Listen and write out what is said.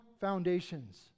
foundations